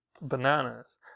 bananas